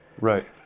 Right